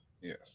yes